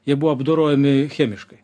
jie buvo apdorojami chemiškai